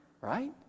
right